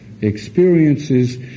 experiences